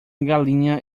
galinha